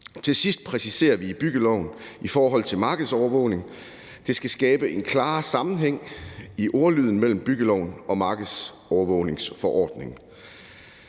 Til sidst præciserer vi byggeloven i forhold til markedsovervågning. Det skal skabe en klarere sammenhæng i ordlyden mellem byggeloven og markedsovervågningsforordningen.